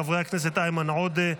חברי הכנסת איימן עודה,